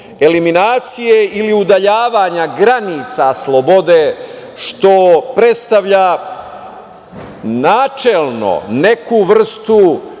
eliminacije ili udaljavanja granica slobode, što predstavlja načelno neku vrstu